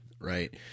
right